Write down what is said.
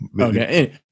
Okay